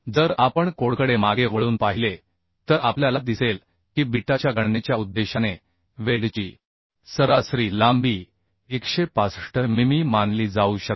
जर आपण कोडकडे मागे वळून पाहिले तर आपल्याला दिसेल की बीटाच्या गणनेच्या उद्देशाने वेल्डची सरासरी लांबी 165 मिमी मानली जाऊ शकते